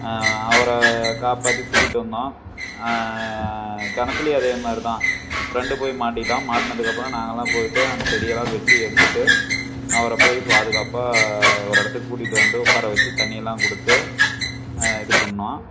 அவரை காப்பாற்றி கூட்டிகிட்டு வந்தோம் கிணத்துலியும் அதே மாதிரி தான் ஃப்ரெண்டு போய் மாட்டிக்கிட்டான் மாட்டினதுக்கப்பறம் நாங்கெல்லாம் போய்விட்டு அந்த செடியெல்லாம் வெட்டி எடுத்துகிட்டு அவரை போய் பாதுகாப்பாக ஒரு இடத்துக்கு கூட்டிகிட்டு வந்து உட்கார வெச்சு தண்ணியெல்லாம் கொடுத்து இது பண்ணிணோம்